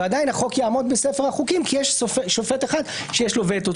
עדיין החוק יעמוד בספר החוקים כי יש שופט אחד שיש לו וטו.